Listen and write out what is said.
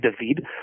David